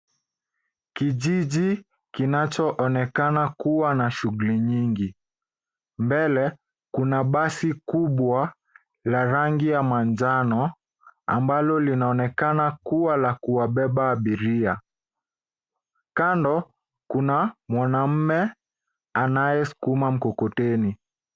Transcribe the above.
Kijiji kinachoonekana kuwa na shughuli nyingi. Mbele kuna basi kubwa la rangi ya manjano ambalo linaonekana kuwa la kuwabeba abiria. Kando kuna mwanamme anayesukuma mkokoteni.